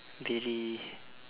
daily